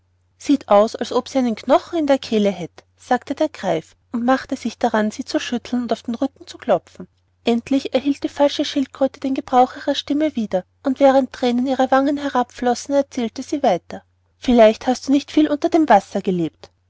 sieht aus als ob sie einen knochen in der kehle hätt sagte der greif und machte sich daran sie zu schütteln und auf den rücken zu klopfen endlich erhielt die falsche schildkröte den gebrauch ihrer stimme wieder und während thränen ihre wangen herabflossen erzählte sie weiter vielleicht hast du nicht viel unter dem wasser gelebt